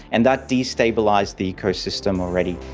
and that destabilised the ecosystem already.